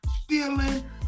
stealing